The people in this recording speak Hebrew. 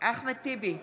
אחמד טיבי,